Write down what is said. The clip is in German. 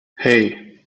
hei